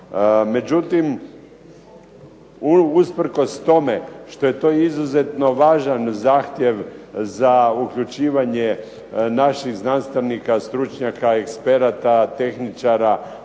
međutim, usprkos tome što je izuzetno važan zahtjev za uključivanje naših znanstvenika, stručnjaka, eksperata tehničara